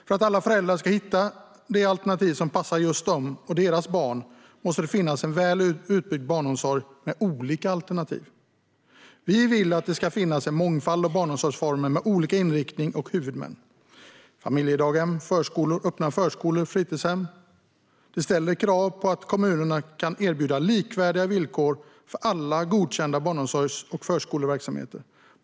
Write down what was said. För att alla föräldrar ska kunna hitta det alternativ som passar just dem och deras barn måste det finnas en väl utbyggd barnomsorg med olika alternativ. Vi vill att det ska finnas en mångfald av barnomsorgsformer med olika inriktning och olika huvudmän. Det gäller familjedaghem, förskolor, öppna förskolor och fritidshem. Det här ställer krav på att kommunerna kan erbjuda likvärdiga villkor för alla godkända barnomsorgs och förskoleverksamheter.